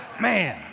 Man